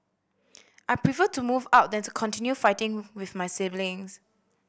I prefer to move out than to continue fighting with my siblings